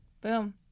boom